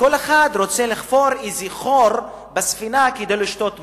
וכל אחד רוצה לחפור איזה חור בספינה כדי לשתות מים,